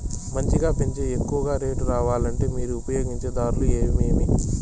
మంచిగా పెంచే ఎక్కువగా రేటు రావాలంటే మీరు ఉపయోగించే దారులు ఎమిమీ?